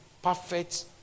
Perfect